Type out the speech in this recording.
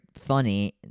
funny